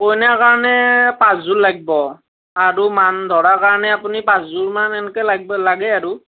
কইনাৰ কাৰণে পাঁচযোৰ লাগিব আৰু মান ধৰাৰ কাৰণে আপুনি পাঁচযোৰ মান এনেকৈ লাগিব লাগে আৰু